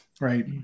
right